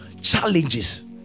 challenges